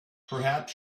perhaps